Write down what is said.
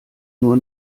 nur